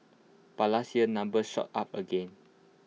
but last year numbers shot up again